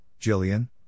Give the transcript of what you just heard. Jillian